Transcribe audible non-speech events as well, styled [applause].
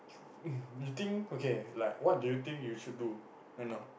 [noise] mm you think okay like what do you think you should do right now